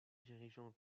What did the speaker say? dirigeants